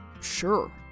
Sure